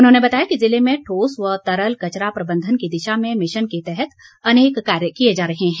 उन्होंने बताया कि ज़िले में ठोस व तरल कचरा प्रबंधन की दिशा में मिशन के तहत अनेक कार्य किए जा रहे हैं